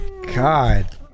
God